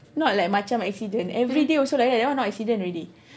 not like macam accident every day also like that that one not accident already